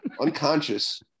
unconscious